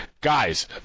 guys –